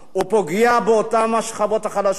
הוא פוגע באותן השכבות החלשות.